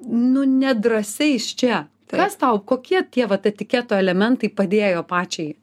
nu nedrąsiais čia kas tau kokie tie vat etiketo elementai padėjo pačiai